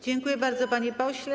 Dziękuję bardzo, panie pośle.